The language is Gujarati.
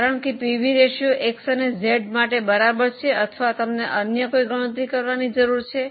કારણ કે પીવી રેશિયો X અને Z માટે બરાબર છે અથવા અન્ય કોઈ ગણતરી કરવાની જરૂર છે